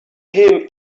him